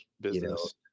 business